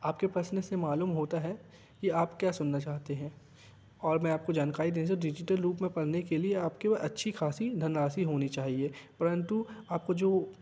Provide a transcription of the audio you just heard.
आपके प्रश्न से मालूम होता है कि आप क्या सुनना चाहते हैं और मैं आपको जानकारी दे दूँ डिज़िटल रूप में पढ़ने के लिए आपके पास अच्छी ख़ासी धनराशी होनी चाहिए परंतु आपको जो